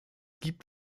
gibt